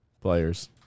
players